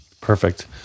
Perfect